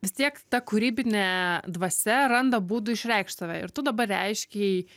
vis tiek ta kūrybinė dvasia randa būdų išreikšt save ir tu dabar reiškei